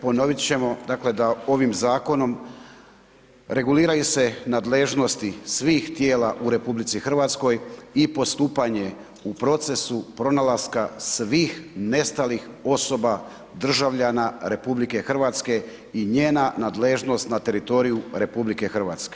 Ponovit ćemo dakle da ovim zakonom reguliraju se nadležnosti svih tijela u RH i postupanje u procesu pronalaska svih nestalih osoba državljana RH i njena nadležnost na teritoriju RH.